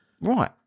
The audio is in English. Right